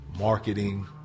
marketing